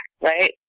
right